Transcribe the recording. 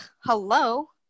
hello